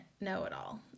know-it-all